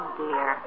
dear